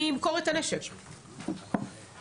אז אני אמכור את הנשק" ואז,